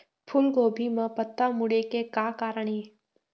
फूलगोभी म पत्ता मुड़े के का कारण ये?